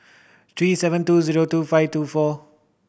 three seven two zero two five two four